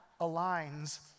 aligns